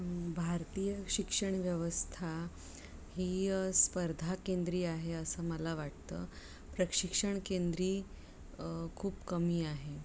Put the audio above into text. भारतीय शिक्षण व्यवस्था ही स्पर्धा केंद्री आहे असं मला वाटतं प्रशिक्षण केंद्री खूप कमी आहे